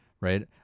right